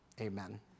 amen